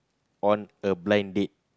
on a blind date